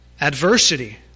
Adversity